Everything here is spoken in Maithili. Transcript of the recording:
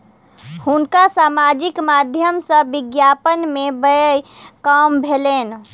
हुनका सामाजिक माध्यम सॅ विज्ञापन में व्यय काम भेलैन